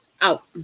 out